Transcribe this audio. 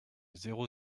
zéro